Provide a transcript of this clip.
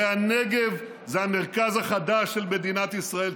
הרי הנגב זה המרכז החדש של מדינת ישראל.